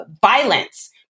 violence